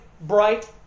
bright